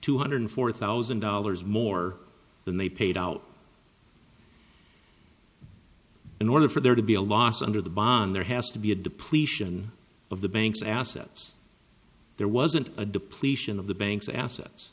two hundred four thousand dollars more than they paid out in order for there to be a loss under the bond there has to be a depletion of the bank's assets there wasn't a depletion of the bank's assets